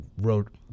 wrote